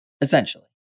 essentially